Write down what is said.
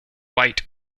white